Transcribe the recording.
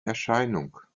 erscheinung